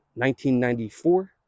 1994